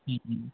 ਜੀ ਜੀ